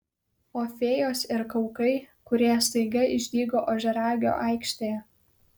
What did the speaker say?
o fėjos ir kaukai kurie staiga išdygo ožiaragio aikštėje